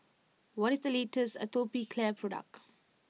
what is the latest Atopiclair product